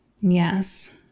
Yes